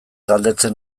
galdetzen